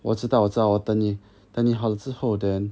我知道我知道我等你等你好了之后 then